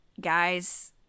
guys